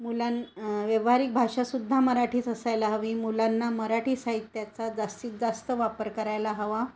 मुलां व्यावहारिक भाषा सुद्धा मराठीच असायला हवी मुलांना मराठी साहित्याचा जास्तीत जास्त वापर करायला हवा